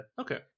Okay